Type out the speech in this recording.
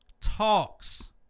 talks